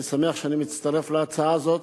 אני שמח שאני מצטרף להצעה הזאת.